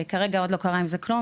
כרגע עוד לא קרה עם זה כלום,